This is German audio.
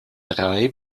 drei